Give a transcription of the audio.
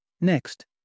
Next